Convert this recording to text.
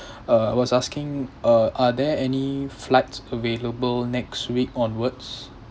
uh was asking uh are there any flights available next week onwards